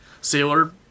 Sailor